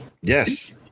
Yes